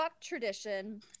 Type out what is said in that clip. Tradition